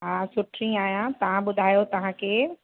हा सुठी आहियां तव्हां ॿुधायो तव्हां केरु